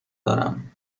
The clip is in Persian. دارم